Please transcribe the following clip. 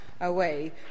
away